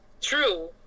true